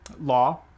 law